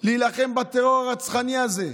להילחם בטרור הרצחני הזה.